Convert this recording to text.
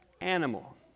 animal